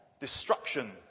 Destruction